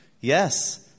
Yes